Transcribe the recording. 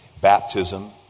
baptism